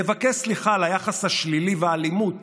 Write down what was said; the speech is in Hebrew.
לבקש סליחה על היחס השלילי ועל האלימות